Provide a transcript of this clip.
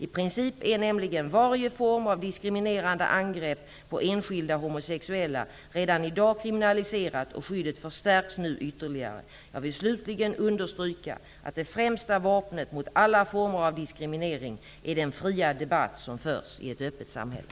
I princip är nämligen varje form av diskriminerande angrepp på enskilda homosexuella redan i dag kriminaliserat, och skyddet förstärks nu ytterligare. Jag vill slutligen understryka att det främsta vapnet mot alla former av diskriminering är den fria debatt som förs i ett öppet samhälle.